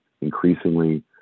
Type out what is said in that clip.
increasingly